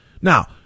Now